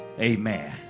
Amen